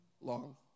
long